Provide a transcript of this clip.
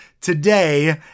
today